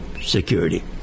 security